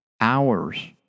hours